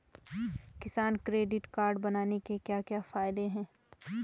किसान credit card बनाने के क्या क्या फायदे हैं?